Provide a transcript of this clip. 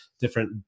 different